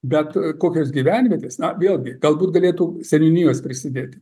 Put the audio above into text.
bet kokios gyvenvietės na vėlgi galbūt galėtų seniūnijos prisidėti